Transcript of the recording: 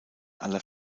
aller